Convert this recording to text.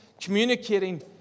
communicating